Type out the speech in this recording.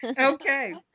Okay